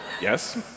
Yes